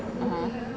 (uh huh)